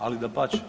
Ali dapače.